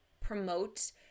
promote